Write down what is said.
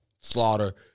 Slaughter